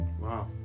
Wow